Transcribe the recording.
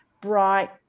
bright